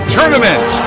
Tournament